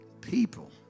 people